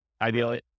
Ideally